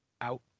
out